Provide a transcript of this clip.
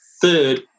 third